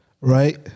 right